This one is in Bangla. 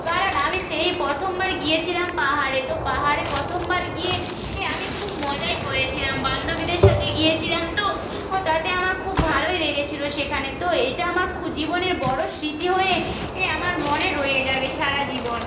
কারণ আমি সেই প্রথমবার গিয়েছিলাম পাহাড়ে তো পাহাড়ে প্রথমবার গিয়ে এ আমি খুব মজাই করেছিলাম বান্ধবীদের সাথে গিয়েছিলাম তো ও তাতে আমার খুব ভালোই লেগেছিলো সেখানে তো এটা আমার জীবনের বড় স্মৃতি হয়ে এ আমার মনে রয়ে যাবে সারা জীবন